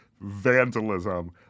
vandalism